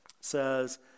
says